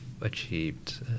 achieved